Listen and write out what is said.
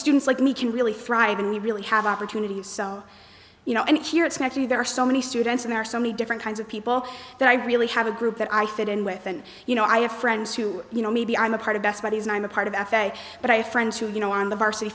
students like me can really thrive and we really have opportunities you know and here it's actually there are so many students in there so many different kinds of people that i really have a group that i fit in with and you know i have friends who you know maybe i'm a part of best buddies and i'm a part of f a but i have friends who are you know on the varsity